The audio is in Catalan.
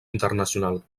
internacional